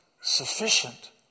sufficient